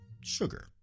sugar